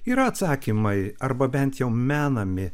yra atsakymai arba bent jau menami